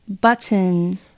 button